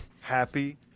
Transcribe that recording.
happy